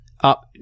up